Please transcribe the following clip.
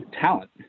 talent